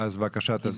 בבקשה, תסביר.